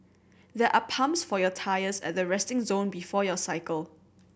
there are pumps for your tyres at the resting zone before your cycle